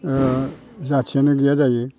जाथियानो गैया जायो